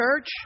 church